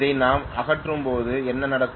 இதை நாம் அகற்றும்போது என்ன நடக்கும்